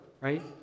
right